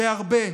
והרבה.